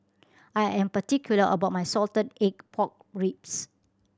I am particular about my salted egg pork ribs